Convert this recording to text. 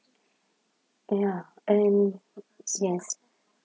ya and yes